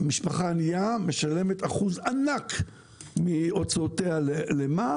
משפחה ענייה משלמת אחוז ענק מהוצאותיה למע"מ,